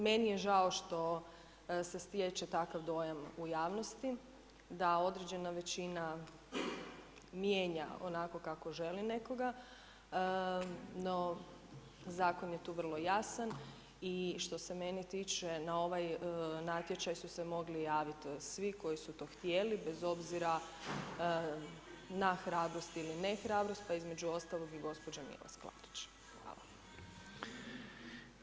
Meni je žao što se stječe takav dojam u javnosti da određena većina mijenja onako kako želi nekoga no zakon je tu vrlo jasan i što se mene tiče na ovaj natječaj su se mogli javiti svi koji su to htjeli bez obzira na hrabrost ili ne hrabrost, pa između ostalog i gospođa Milas Klarić.